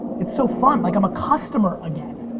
it's so fun, like i'm a customer again.